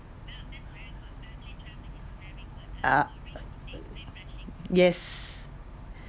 ah yes